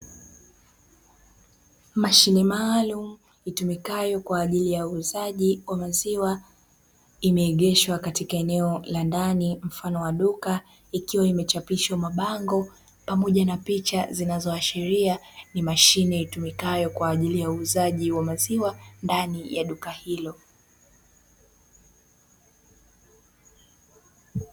Mashine maalumu itumikayo kwa ajili ya uuzaji wa maziwa, imeegeshwa katika eneo la ndani mfano wa duka, ikiwa imechapishwa mabango pamoja na picha, zinazoashiria ni mashine itumikayo kwa ajili ya uuzaji wa maziwa ndani ya duka hilo.